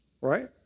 right